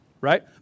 right